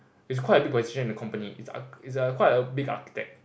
is quite a big position in the company is a is a quite a big architect